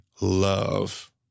love